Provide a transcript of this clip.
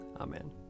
amen